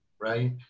right